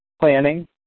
Planning